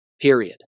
period